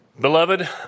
beloved